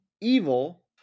evil